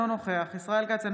אינו נוכח ישראל כץ,